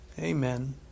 Amen